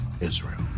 israel